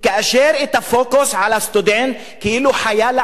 הפוקוס הוא על הסטודנט כאילו הוא חייל לעתיד,